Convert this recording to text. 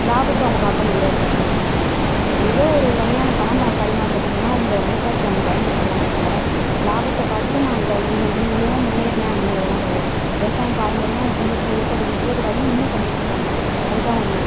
லாபத்தை அவங்க பார்க்க முடியாது ஏதோ ஒரு வகையான பணம் பரிமாற்றத்துக்கு வேணுனா அந்த விவசாயத்தை அவங்க பயன்படுத்துகிறாங்களே தவிர லாபத்தை பார்த்து நான் இது இதன் மூலியமாக முன்னேறின அப்டிங்கிறதுலா கிடையாது விவசாயம் பாரம்பரியமாக நம்ம குடும்பத்தில் இருக்கிறத விட்டுற கூடாதுன்னு இன்னும் பண்ணிகிட்ருக்காங்க அதுதான் உண்மை